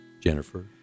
Jennifer